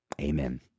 Amen